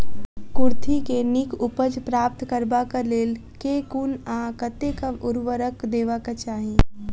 कुर्थी केँ नीक उपज प्राप्त करबाक लेल केँ कुन आ कतेक उर्वरक देबाक चाहि?